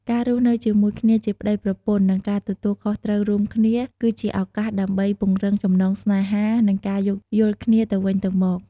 ការរស់នៅជាមួយគ្នាជាប្ដីប្រពន្ធ និងការទទួលខុសត្រូវរួមគ្នា គឺជាឱកាសដើម្បី ពង្រឹងចំណងស្នេហា និង ការយោគយល់គ្នាទៅវិញទៅមក។